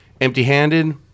Empty-handed